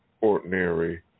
ordinary